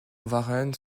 warren